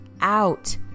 out